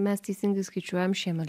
mes teisingai skaičiuojam šiemet